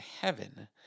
heaven